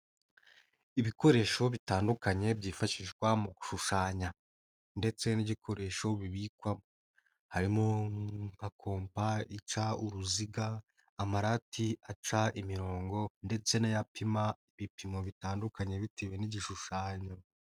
Ibikoresho bitandukanye byifashishwa mu gushushanya, ndetse n'igikoresho bibikwamo. Harimo nka compa ica uruziga, amarati aca imirongo ndetse n'ayapima ibipimo bitandukanye bitewe n'igishushanyo.